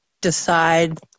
decide